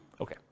Okay